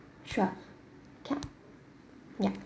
sure can I